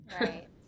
Right